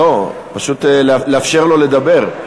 לא, פשוט לאפשר לו לדבר.